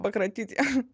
pakratyti ją